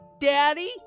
Daddy